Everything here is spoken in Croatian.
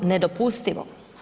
Nedopustivo.